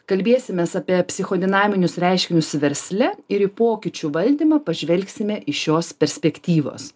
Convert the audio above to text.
kalbėsimės apie psichodinaminius reiškinius versle ir į pokyčių valdymą pažvelgsime iš šios perspektyvos